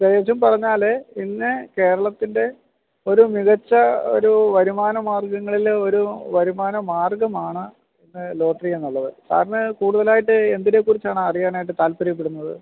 പ്രത്യേകിച്ചും പറഞ്ഞാൽ ഇന്ന് കേരളത്തിൻ്റെ ഒരു മികച്ച ഒരൂ വരുമാന മാർഗ്ഗങ്ങളിലെ ഒരു വരുമാന മാർഗ്ഗമാണ് ലോട്ടറി എന്നുള്ളത് സാറിന് കൂടുതലായിട്ട് എന്തിനെക്കുറിച്ചാണ് അറിയാനായിട്ട് താല്പര്യപ്പെടുന്നത്